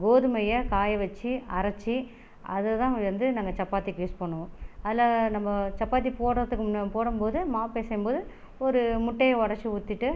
கோதுமையை காய வச்சு அரைச்சி அததான் வந்து நாங்கள் சப்பாத்திக்கு யூஸ் பண்ணுவோம் அதில் நம்ம சப்பாத்தி போடுறதுக்கு முன் போடும்போது மாவு பிசையும்போது ஒரு முட்டைய உடைச்சி ஊற்றிட்டு